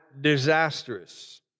disastrous